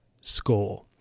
score